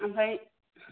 आमफ्राय